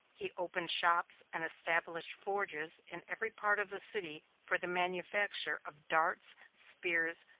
he opened shops and established forges in every part of the city for the manufacture of darts, spears,